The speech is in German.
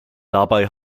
dabei